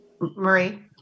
Marie